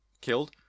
killed